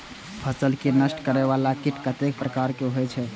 फसल के नष्ट करें वाला कीट कतेक प्रकार के होई छै?